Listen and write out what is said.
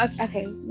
okay